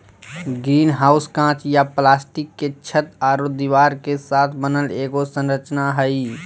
greenhouse काँच या plastic के छत आरो दीवार के साथ बनल एगो संरचना हइ